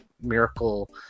miracle